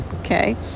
Okay